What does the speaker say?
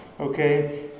okay